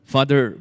Father